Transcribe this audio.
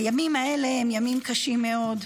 הימים האלה הם ימים קשים מאוד,